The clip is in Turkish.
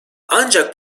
ancak